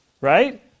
Right